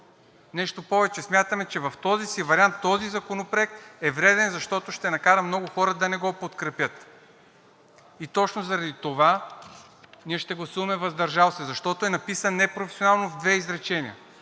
Нещо повече, смятаме, че в този си вариант този законопроект е вреден, защото ще накара много хора да не го подкрепят. И точно заради това ние ще гласуваме „въздържал се“, защото е написан непрофесионално, в две изречения.